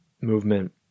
movement